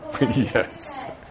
Yes